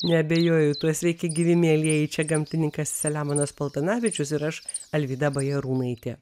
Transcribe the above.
neabejoju tuo sveiki gyvi mielieji čia gamtininkas selemonas paltanavičius ir aš alvyda bajarūnaitė